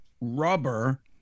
rubber